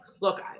look